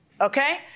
okay